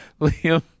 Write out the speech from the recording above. Liam